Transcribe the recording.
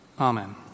Amen